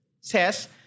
says